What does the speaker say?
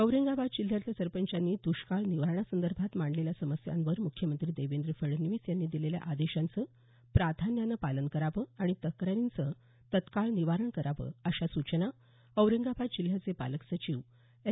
औरंगाबाद जिल्ह्यातल्या सरपंचांनी दुष्काळ निवारणा संदर्भात मांडलेल्या समस्यांवर मुख्यमंत्री देवेंद्र फडणवीस यांनी दिलेल्या आदेशाचं प्राधान्यानं पालन करावं आणि तक्रारींचं तात्काळ निवारण करावं अशा सूचना औरंगाबाद जिल्ह्याचे पालक सचिव एस